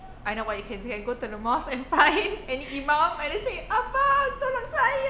I know what you can do you can go to the mosque and find any imam and then say abang tolong saya